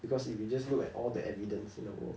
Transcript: because if you just look at all the evidence in the world